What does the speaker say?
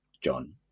John